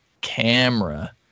camera